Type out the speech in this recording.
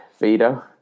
Vito